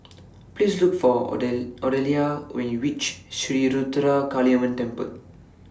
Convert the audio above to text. Please Look For Oden Odelia when YOU REACH Sri Ruthra Kaliamman Temple